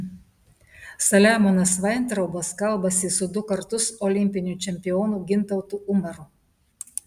saliamonas vaintraubas kalbasi su du kartus olimpiniu čempionu gintautu umaru